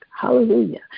Hallelujah